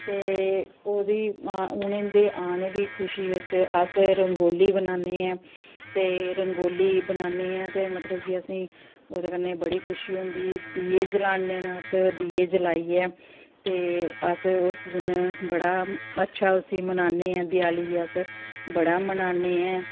ते ओह्दी उनेंगी आने दी खुशी बिच अस रंगोली बनान्ने आं ते रंगोली बनान्ने ते मतलब कि असेंई ओह्दे कन्नै बड़ी खुशी होंदी दीए जलाने न अस दीए जलाइयै ते अस उस दिन बड़ा अच्छा उसी मनान्ने आं देआली ई अस बड़ा मनान्ने आं